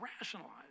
rationalize